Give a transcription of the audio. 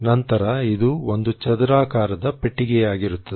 ನಂತರ ಇದು ಒಂದು ಚದರಾಕಾರದ ಪೆಟ್ಟಿಗೆಯಾಗುತ್ತದೆ